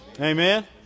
Amen